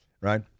right